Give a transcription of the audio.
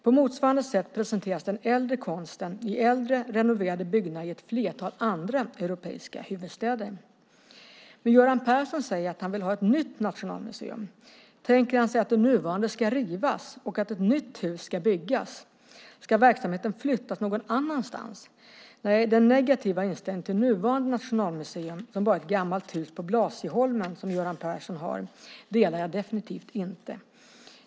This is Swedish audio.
På motsvarande sätt presenteras den äldre konsten i äldre, renoverade byggnader i ett flertal andra europeiska huvudstäder. Men Göran Persson säger att han vill ha ett nytt Nationalmuseum. Tänker han sig att det nuvarande ska rivas och att ett nytt hus ska byggas? Ska verksamheten flyttas någon annanstans? Nej, den negativa inställning till nuvarande Nationalmuseum som bara ett gammalt hus på Blasieholmen som Göran Persson har delar jag definitivt inte.